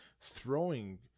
throwing